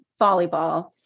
volleyball